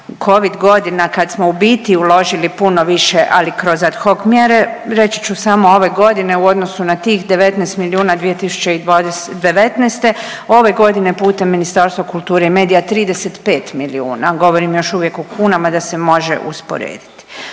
Covid godina kad smo u biti uložili puno više, ali kroz ad hoc mjere, reći ću samo ove godine u odnosu na tih 19 milijuna 2019. ove godine putem Ministarstva kulture i medija 35 milijuna, govorim još uvijek u kunama da se može usporediti.